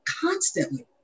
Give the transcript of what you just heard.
constantly